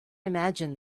imagined